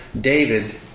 David